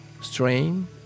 strain